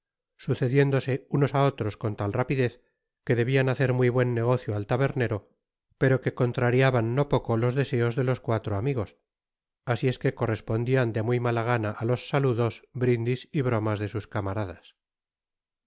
sucediéndose unos á otros con tal rapidez que debian hacer muy buen negocio al tabernero pero que contrariaban no poco los deseos de los cuatro amigos asi es que correspondian de muy mala gana á los saludos brindis y y bromas de sus camaradas